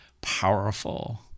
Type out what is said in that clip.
powerful